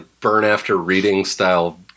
burn-after-reading-style